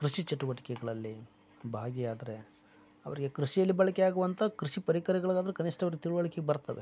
ಕೃಷಿ ಚಟುವಟಿಕೆಗಳಲ್ಲಿ ಭಾಗಿಯಾದರೆ ಅವರಿಗೆ ಕೃಷಿಯಲ್ಲಿ ಬಳಕೆ ಆಗುವಂಥ ಕೃಷಿ ಪರಿಕರಗಳದ್ದಾದ್ರೂ ಕನಿಷ್ಠ ಅವ್ರ್ಗೆ ತಿಳಿವಳಿಕೆ ಬರ್ತದೆ